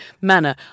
manner